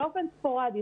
באופן ספורדי,